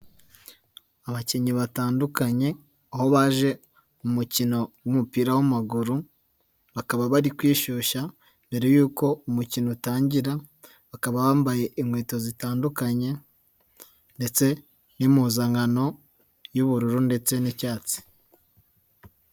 Abakinnyi batandukanye, aho baje mu mukino w'umupira w'amaguru, bakaba bari kwishyushya mbere y'uko umukino utangira, bakaba bambaye inkweto zitandukanye ndetse n'impuzankano y'ubururu ndetse n'icyatsi.